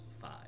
five